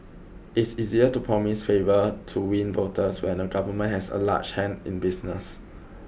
it's easier to promise favour to win voters when a government has a large hand in business